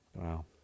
Wow